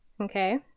okay